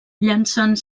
llançant